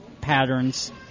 patterns